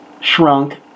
shrunk